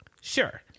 sure